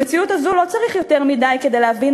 במציאות הזאת לא צריך יותר מדי כדי להבין